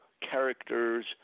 characters